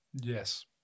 Yes